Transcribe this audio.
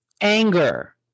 anger